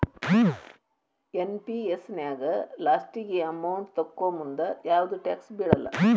NPS ನ್ಯಾಗ ಲಾಸ್ಟಿಗಿ amount ತೊಕ್ಕೋಮುಂದ ಯಾವ್ದು ಟ್ಯಾಕ್ಸ್ ಬೇಳಲ್ಲ